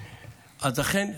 אכן,